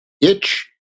itch